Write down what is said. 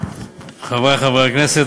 חברי חברי הכנסת,